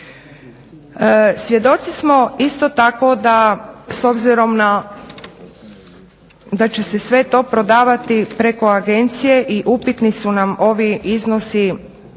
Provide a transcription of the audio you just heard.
da s obzirom na, da će se sve to prodavati preko agencije i upitni su nam ovi iznosi